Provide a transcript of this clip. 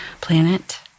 planet